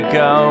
go